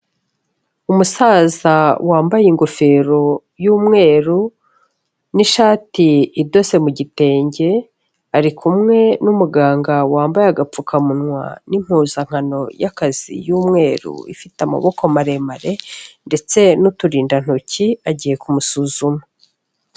Umusaza wambaye ingofero y'umweru n'ishati idoze mu gitenge, ari kumwe n'umuganga wambaye agapfukamunwa n'impuzankano y'akazi y'umweru ifite amaboko maremare ndetse n'uturindantoki, agiye kumusuzuma.